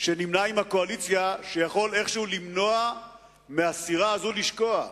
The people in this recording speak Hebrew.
שנמנה עם הקואליציה ויכול איכשהו למנוע מהסירה הזאת לשקוע,